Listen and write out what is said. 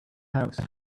house